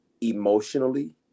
emotionally